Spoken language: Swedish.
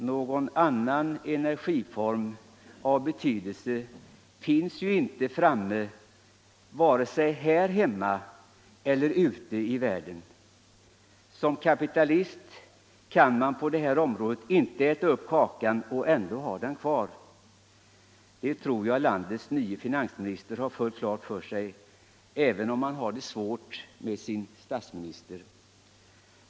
Någon annan energiform av betydelse finns inte framtagen vare sig här hemma eller ute i världen. Som kapitalist kan man på det här området inte äta upp kakan och ändå ha den kvar. Det tror jag att landets nye finansminister har fullt klart för sig, även om han har det svårt med sin statsminister.